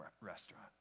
restaurant